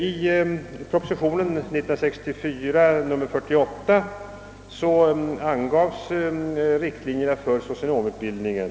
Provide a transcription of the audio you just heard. I proposition 48 år 1964 angavs riktlinjerna för socionomutbildningen.